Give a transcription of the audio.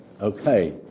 Okay